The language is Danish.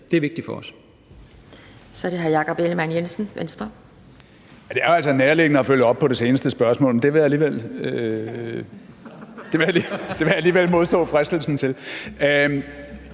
Det er vigtigt for os.